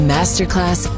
Masterclass